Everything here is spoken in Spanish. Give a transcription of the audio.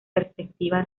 perspectiva